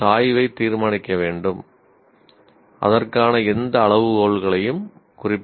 நீங்கள் சாய்வை தீர்மானிக்க வேண்டும் அதற்கான எந்த அளவுகோல்களையும் குறிப்பிடவில்லை